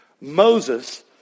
Moses